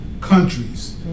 countries